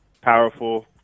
powerful